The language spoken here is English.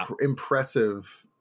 Impressive